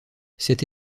cette